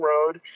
Road